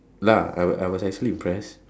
lah I I was actually impressed